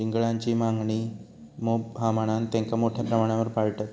चिंगळांची मागणी मोप हा म्हणान तेंका मोठ्या प्रमाणावर पाळतत